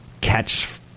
catch